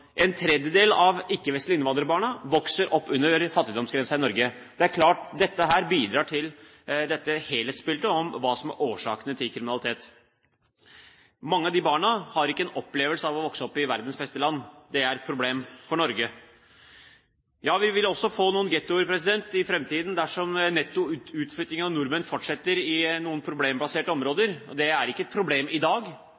En tredjedel av de ikke-vestlige innvandrerbarna vokser opp under fattigdomsgrensen i Norge. Det er klart at det bidrar til dette helhetsbildet om hva som er årsakene til kriminalitet. Mange av disse barna har ikke en opplevelse av å vokse opp i verdens beste land. Det er et problem for Norge. Ja, vi vil også få noen gettoer i framtiden dersom netto utflytting av nordmenn fortsetter i noen problembaserte